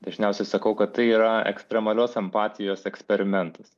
dažniausiai sakau kad tai yra ekstremalios empatijos eksperimentas